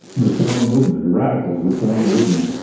reform movement, radical reform movement.